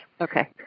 Okay